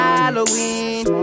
Halloween